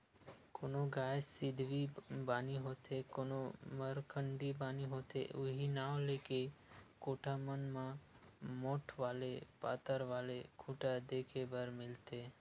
कोनो गाय सिधवी बानी होथे कोनो मरखंडी बानी होथे उहीं नांव लेके कोठा मन म मोठ्ठ वाले अउ पातर वाले खूटा देखे बर मिलथे